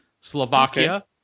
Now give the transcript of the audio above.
Slovakia